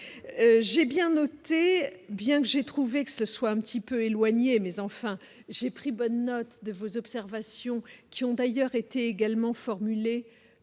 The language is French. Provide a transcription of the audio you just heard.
j'ai bien noté, bien que j'ai trouvé que ce soit un petit peu éloigné, mais enfin, j'ai pris bonne note de vos observations qui ont d'ailleurs été également formulée